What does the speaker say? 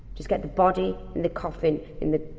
just get the body in the coffin in the